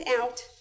out